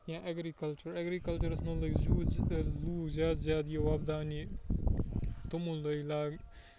یا ایٚگریکلچر ایٚگریکَلچرَس منٛز لگۍ یو لوٗکھ زیادٕ زیادٕ یہِ وۄپداونہِ تِمو لٔجۍ لاگنہِ